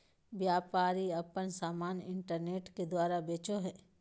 व्यापारी आपन समान इन्टरनेट के द्वारा बेचो हइ